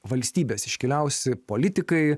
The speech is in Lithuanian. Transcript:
valstybės iškiliausi politikai